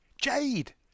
Jade